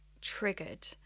triggered